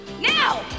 Now